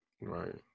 Right